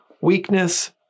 weakness